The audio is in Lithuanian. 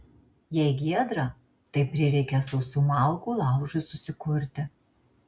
jei giedra tai prireikia sausų malkų laužui susikurti